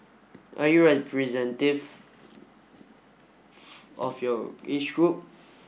are you of your age group